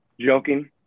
joking